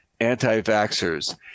anti-vaxxers